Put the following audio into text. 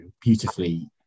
beautifully